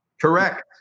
Correct